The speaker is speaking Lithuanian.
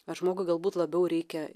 ar žmogui galbūt labiau reikia